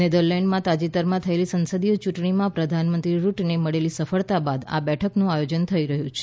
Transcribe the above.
નેધરલેન્ડમાં તાજેતરમાં થયેલી સંસદીય ચૂંટણીમાં પ્રધાનમંત્રી રૂટને મળેલી સફળતા બાદ આ બેઠકનું આયોજન થઈ રહ્યું છે